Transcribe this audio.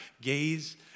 gaze